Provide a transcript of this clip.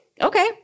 Okay